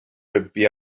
rygbi